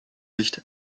licht